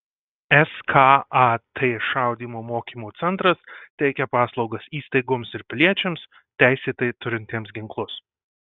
skat šaudymo mokymo centras teikia paslaugas įstaigoms ir piliečiams teisėtai turintiems ginklus